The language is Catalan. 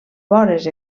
vores